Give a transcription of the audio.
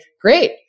great